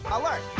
alert!